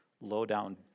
low-down